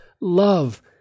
love